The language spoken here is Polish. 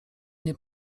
nie